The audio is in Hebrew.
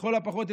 לכל הפחות,